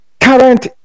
current